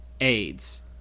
AIDS